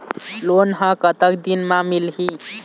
Loan ह कतक दिन मा मिलही?